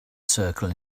circle